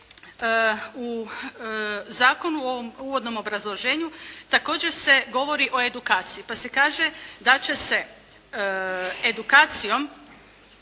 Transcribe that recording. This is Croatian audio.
u Zakonu u ovom uvodnom obrazloženju također se govori o edukaciji pa se kaže da će se edukacijom